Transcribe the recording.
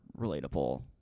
relatable